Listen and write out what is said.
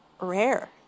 rare